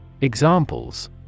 Examples